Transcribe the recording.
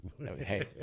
Hey